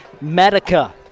Medica